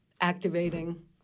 activating